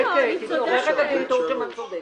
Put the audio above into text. עורכת הדין תורג'מן צודקת.